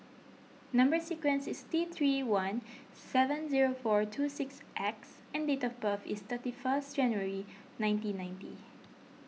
Number Sequence is T three one seven zero four two six X and date of birth is thirty first January nineteen ninety